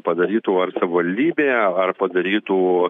padarytų ar savivaldybė ar padarytų